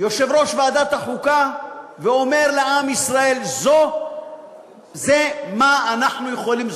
יושב-ראש ועדת החוקה ואומר לעם ישראל: זה מה שאנחנו יכולים,